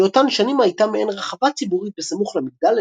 באותן שנים הייתה מעין רחבה ציבורית בסמוך למגדל,